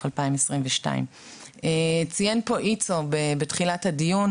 2022. ציין פה איצו יצחק לייבוביץ בתחילת הדיון,